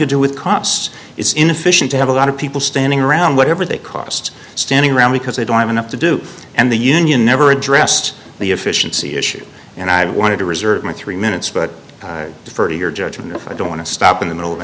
to do with costs it's inefficient to have a lot of people standing around whatever they cost standing around because they don't have enough to do and the union never addressed the efficiency issue and i wanted to reserve my three minutes but i defer to your judgment if i don't want to stop in the middle of